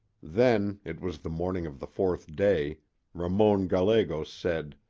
then it was the morning of the fourth day ramon gallegos said